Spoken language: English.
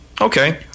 Okay